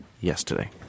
yesterday